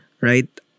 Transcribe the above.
Right